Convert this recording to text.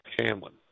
Hamlin